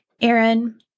Aaron